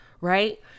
right